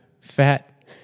fat